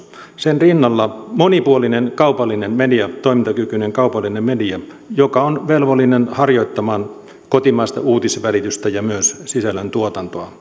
monipuolinen kaupallinen media toimintakykyinen kaupallinen media joka on velvollinen harjoittamaan kotimaista uutisvälitystä ja myös sisällöntuotantoa